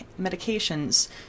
medications